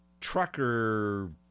trucker